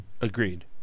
Agreed